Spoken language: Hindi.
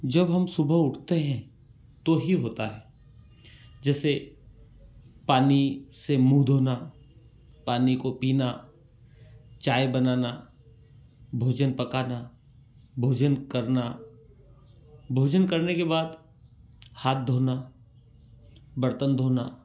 जब हम सुबह उठते हैं तो ही होता है जैसे पानी से मुँह धोना पानी को पीना चाय बनाना भोजन पकाना भोजन करना भोजने करने के बाद हाथ धोना बर्तन धोना